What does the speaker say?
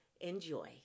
Enjoy